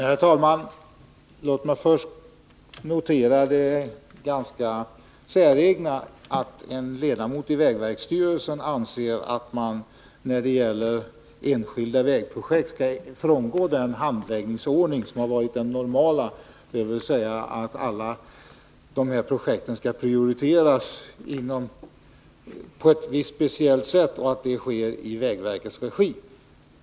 Herr talman! Låt mig först notera det ganska säregna förhållandet att en — statsverksamheten, ledamot i vägverkets styrelse anser att man när det gäller enskilda vägprojekt — m.m. skall kunna frångå den handläggningsordning som har varit den normala, dvs. att alla de här projekten skall prioriteras på ett speciellt sätt och att detta skall ske i vägverkets regi.